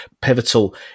pivotal